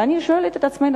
ואני שואלת את עצמנו,